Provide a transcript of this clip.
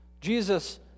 Jesus